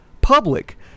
public